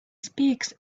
speaks